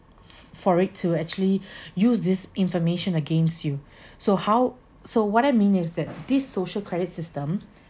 f~ for it to actually use this information against you so how so what I mean is that this social credit system